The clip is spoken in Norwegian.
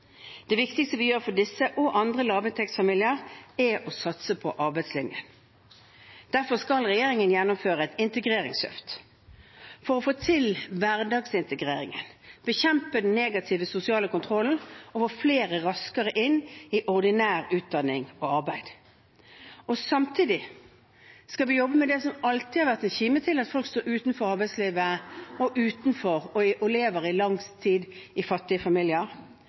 Det viktigste vi gjør for disse og andre lavinntektsfamilier, er å satse på arbeidslinjen. Derfor skal regjeringen gjennomføre et integreringsløft for å få til hverdagsintegreringen, bekjempe den negative sosiale kontrollen og få flere raskere inn i ordinær utdanning og i arbeid. Samtidig skal vi jobbe med det som alltid har vært en kime til at folk står utenfor arbeidslivet og lever i lang tid i fattige familier